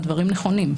הדברים נכונים.